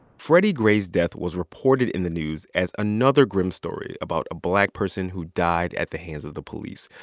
freddie gray's death was reported in the news as another grim story about a black person who died at the hands of the police.